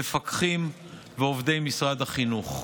מפקחים ועובדי משרד החינוך.